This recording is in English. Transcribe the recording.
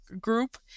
group